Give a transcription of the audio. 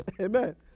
Amen